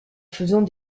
faisant